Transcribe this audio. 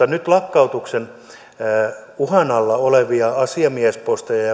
nyt lakkautuksen uhan alla olevia asiamiesposteja ja